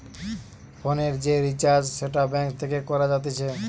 ফোনের যে রিচার্জ সেটা ব্যাঙ্ক থেকে করা যাতিছে